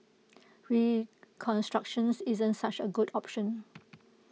reconstruction isn't such A good option